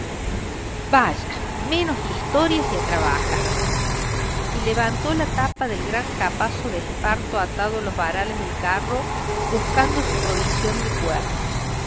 vaya menos historias y a trabajar y levantó la tapa del gran capazo de esparto atado a los varales del carro buscando su provisión de cuerdas